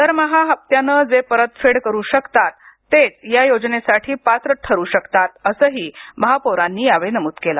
दरमहा हप्याने जे परत फेड करू शकतात तेच या योजनेसाठी पात्र ठरू शकतात असंही महापौरांनी यावेळी नम्रद केले